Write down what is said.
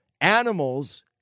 animals